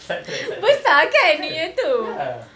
sidetrack sidetrack kan ya